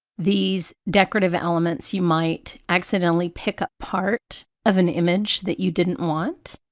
these decorative elements, you might accidentally pick up part of an image that you didn't want